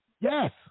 yes